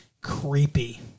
Creepy